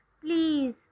please